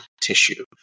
tissue